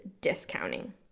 discounting